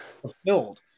fulfilled